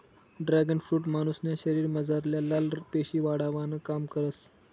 dragon fruit मानुसन्या शरीरमझारल्या लाल पेशी वाढावानं काम करस